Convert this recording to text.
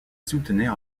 soutenaient